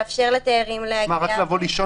רק לבוא לישון?